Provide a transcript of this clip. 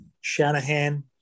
Shanahan